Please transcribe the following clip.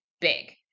big